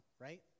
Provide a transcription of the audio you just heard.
right